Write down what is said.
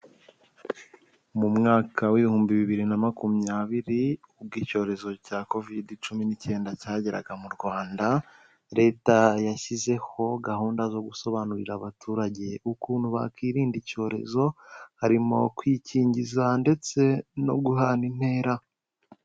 Mu mwaka w'ibihumbi bibiri na makumyabiri, ubwo icyorezo cya kovide cumi n'icyenda cyageraga mu Rwanda, Leta yashyizeho gahunda zo gusobanurira abaturage, ukuntu bakirinda icyorezo harimo kwikingiza ndetse no guhana intera.